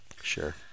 Sure